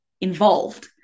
involved